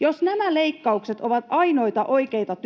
Jos nämä leikkaukset ovat ainoita oikeita